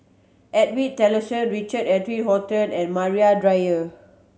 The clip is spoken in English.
Edwin Tessensohn Richard Eric Holttum and Maria Dyer